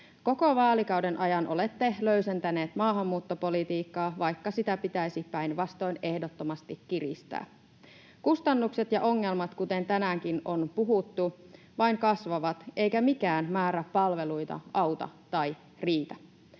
Koko vaalikauden ajan olette löysentäneet maahanmuuttopolitiikkaa, vaikka sitä pitäisi päinvastoin ehdottomasti kiristää. Kustannukset ja ongelmat, kuten tänäänkin on puhuttu, vain kasvavat, eikä mikään määrä palveluita auta tai riitä.